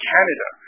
Canada